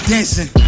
Dancing